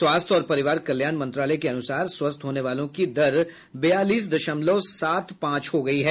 स्वास्थ्य और परिवार कल्याण मंत्रालय के अनुसार स्वस्थ होने वालों की दर बयालीस दशमलव सात पांच हो गई है